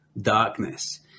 darkness